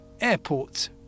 airports